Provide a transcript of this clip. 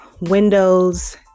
windows